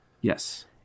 Yes